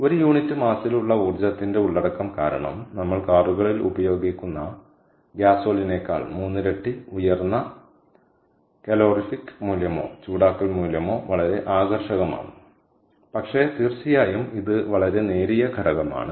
ഒരു യൂണിറ്റ് പിണ്ഡത്തിലുള്ള ഊർജ്ജത്തിന്റെ ഉള്ളടക്കം കാരണം നമ്മൾ കാറുകളിൽ ഉപയോഗിക്കുന്ന ഗ്യാസോലിനേക്കാൾ മൂന്നിരട്ടി ഉയർന്ന കലോറിഫിക് മൂല്യമോ ചൂടാക്കൽ മൂല്യമോ വളരെ ആകർഷകമാണ് പക്ഷേ തീർച്ചയായും ഇത് വളരെ നേരിയ ഘടകമാണ്